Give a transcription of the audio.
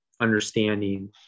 understanding